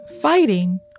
fighting